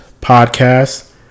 podcast